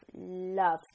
love